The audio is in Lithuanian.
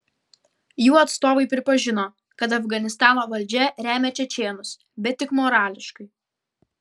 jų atstovai pripažino kad afganistano valdžia remia čečėnus bet tik morališkai